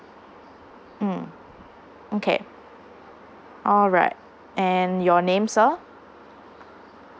mm okay alright and your name sir